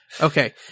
Okay